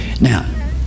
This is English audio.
Now